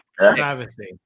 Travesty